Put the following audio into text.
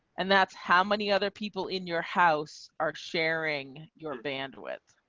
and that's how many other people in your house are sharing your bandwidth